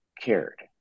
cared